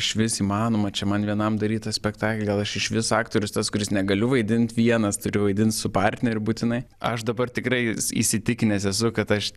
išvis įmanoma čia man vienam daryt tą spektaklį gal aš išvis aktorius tas kuris negaliu vaidint vienas turiu vaidint su partneriu būtinai aš dabar tikrai įsitikinęs esu kad aš